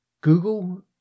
Google